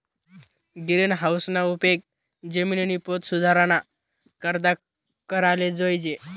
गिरीनहाऊसना उपेग जिमिननी पोत सुधाराना करता कराले जोयजे